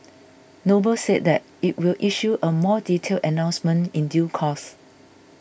Noble said that it will issue a more detailed announcement in due course